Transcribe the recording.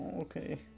Okay